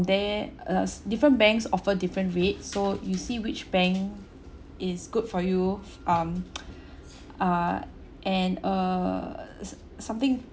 there uh different banks offer different rates so you see which bank is good for you um err and err something